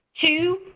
two